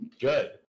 Good